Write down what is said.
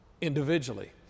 individually